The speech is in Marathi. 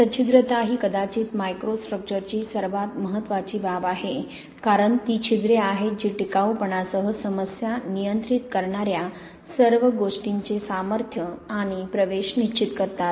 सच्छिद्रता ही कदाचित मायक्रोस्ट्रक्चरची सर्वात महत्वाची बाब आहे कारण ती छिद्रे आहेत जी टिकाऊपणासह समस्या नियंत्रित करणाऱ्या सर्व गोष्टींचे सामर्थ्य आणि प्रवेश निश्चित करतात